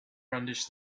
brandished